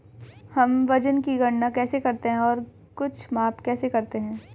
हम वजन की गणना कैसे करते हैं और कुछ माप कैसे करते हैं?